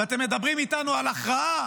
ואתם מדברים איתנו על ההכרעה.